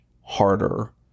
harder